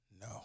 No